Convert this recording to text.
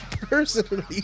personally